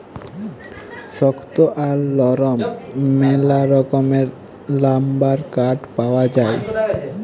শক্ত আর লরম ম্যালা রকমের লাম্বার কাঠ পাউয়া যায়